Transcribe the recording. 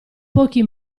pochi